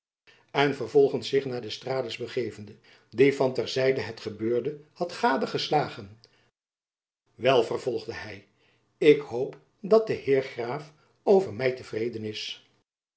en vervolgends zich naar d'estrades begevende die van ter zijde het gebeurde had gadegeslagen wel vervolgde hy ik hoop dat de heer graaf over my te vrede is